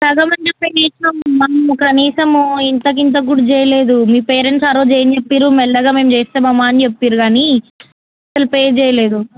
సగం ఎప్పుడు పే చేసినావమ్మ నువ్వు కనీసం ఇంతకింత కూడా చేయలేదు మీ పేరెంట్స్ ఆ రోజు ఏం చెప్పిర్రు మెల్లగా మేం చేస్తాం అమ్మ అని చెప్పిర్రు కానీ అసలు పే చేయలేదు